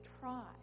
try